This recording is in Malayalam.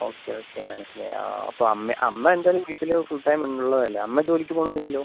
ഓക്കെ ഓക്കെ മനസ്സിലായി ആ അപ്പോൾ അമ്മ അമ്മ എന്തായാലും വീട്ടിൽ ഫുൾ ടൈം ഉള്ളതല്ലേ അമ്മ ജോലിക്ക് പോവുന്നൊന്നും ഇല്ലല്ലോ